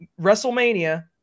WrestleMania